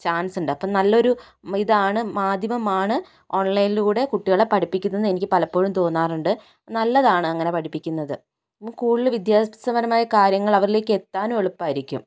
ചാൻസുണ്ട് അപ്പോൾ നല്ലൊരു ഇതാണ് മാധ്യമമാണ് ഓൺലൈനിലൂടെ കുട്ടികളെ പഠിപ്പിക്കുന്നത് എന്ന് എനിക്ക് പലപ്പോഴും തോന്നാറുണ്ട് നല്ലതാണ് അങ്ങനെ പഠിപ്പിക്കുന്നത് കൂടുതല് വിദ്യാഭ്യാസപരമായ കാര്യങ്ങൾ അവരിലേക്ക് എത്താനും എളുപ്പമായിരിക്കും